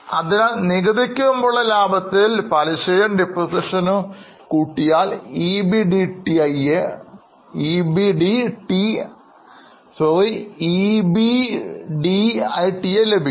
അതിനാൽ നികുതി ക്ക് മുമ്പുള്ള ലാഭത്തിൽ പലിശയും മൂല്യത്തകർച്ചയും കൂട്ടിയാൽ EBDITA ലഭിക്കും